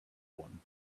one